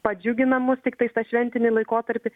padžiugina mus tiktais tą šventinį laikotarpį